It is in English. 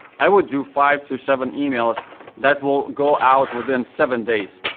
i would do five to seven emails that will go out within seven days.